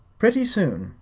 pretty soon,